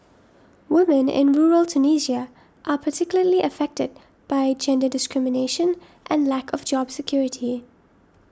woman in rural Tunisia are particularly affected by gender discrimination and lack of job security